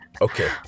okay